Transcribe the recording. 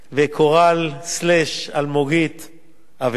וקורל-אלמוגית אבירם.